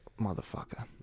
Motherfucker